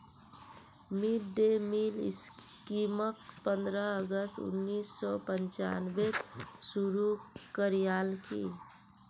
mid day meal स्कीमक पंद्रह अगस्त उन्नीस सौ पंचानबेत शुरू करयाल की